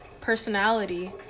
personality